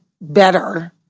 better